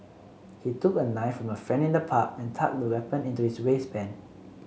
he took a knife from a friend in the pub and tucked the weapon into his waistband